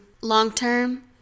long-term